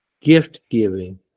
gift-giving